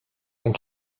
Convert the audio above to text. and